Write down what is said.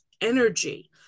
energy